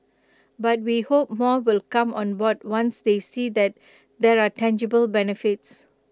but we hope more will come on board once they see that there are tangible benefits